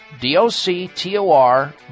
d-o-c-t-o-r